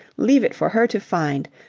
leave it for her to find.